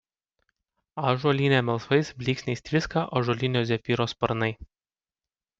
ąžuolyne melsvais blyksniais tviska ąžuolinio zefyro sparnai